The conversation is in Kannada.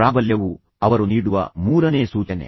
ಪ್ರಾಬಲ್ಯವು ಅವರು ನೀಡುವ ಮೂರನೇ ಸೂಚನೆ